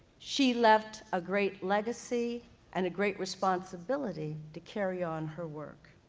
she left a great legacy and a great responsibility to carry on her work.